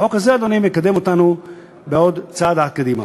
החוק הזה, אדוני, מקדם אותנו בעוד צעד אחד קדימה.